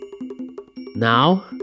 Now